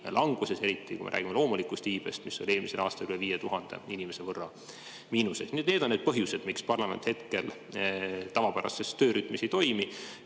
languses, eriti kui me räägime loomulikust iibest, mis oli eelmisel aastal üle 5000 inimese võrra miinuses. Need on need põhjused, miks parlament hetkel tavapärases töörütmis ei toimi.